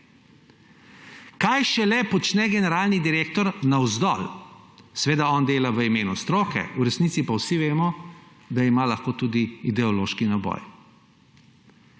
Kaj šele počne generalni direktor navzdol?! Seveda on dela v imenu stroke, v resnici pa vsi vemo, da ima lahko tudi ideološki naboj.